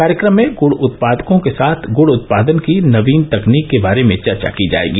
कार्यक्रम में गुड़ उत्पादकों के साथ गुड़ उत्पादन की नवीन तकनीकी के बारे में चर्चा की जायेगी